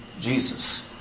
Jesus